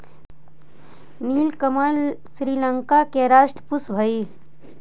नीलकमल श्रीलंका के राष्ट्रीय पुष्प हइ